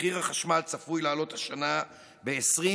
מחיר החשמל צפוי לעלות השנה ב-29%;